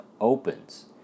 opens